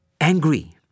angry